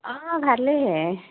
অঁ ভালেইহে